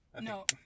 No